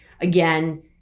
again